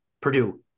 Purdue